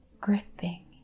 gripping